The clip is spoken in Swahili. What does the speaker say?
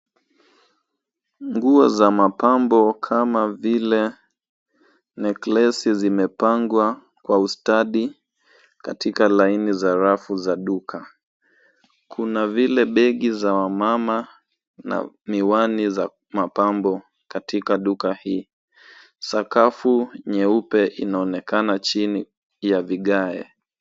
Nguo za mapambo kama vile neklesi zimepangwa kwa ustadi katika laini za rafu za duka. Kuna vile begi za wamama na miwani za mapambo katika duka hii. Sakafu nyeupe inaonekana chini ya vigae.